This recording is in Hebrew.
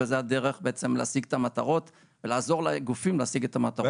וזאת הדרך בעצם להשיג את המטרות ולעזור לגופים להשיג את המטרות.